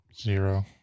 Zero